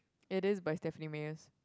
it is by Stephenie-Meyer's